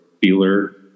feeler